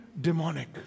demonic